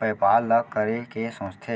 बैपार ल करे के सोचथे